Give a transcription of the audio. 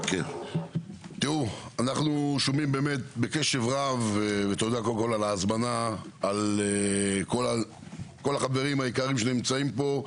תודה על ההזמנה ולכל החברים היקרים שנמצאים פה,